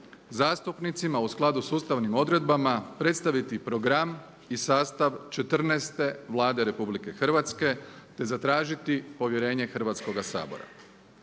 zastupnicima u skladu sa ustavnim odredbama predstaviti program i sastav 14 Vlade RH, te zatražiti povjerenje Hrvatskoga sabora.